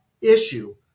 issue